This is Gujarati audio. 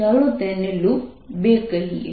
ચાલો તેને લૂપ 2 કહીએ